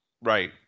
right